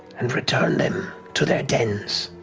and return them to their dens